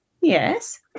yes